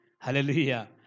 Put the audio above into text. Hallelujah